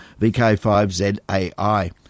VK5ZAI